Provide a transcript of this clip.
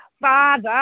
father